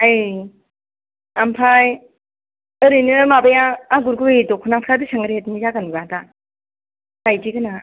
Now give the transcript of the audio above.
यै ओमफ्राय ओरैनो माबाया आगर गुबै दख'नाफ्रा बेसेबां रेतनि जागोन बेबा माइदि गोनांआ